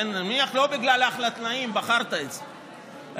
לא בגלל אחלה תנאים בחרת את זה,